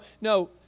no